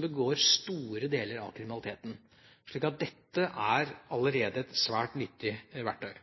begår store deler av kriminaliteten, så dette er allerede et svært nyttig verktøy.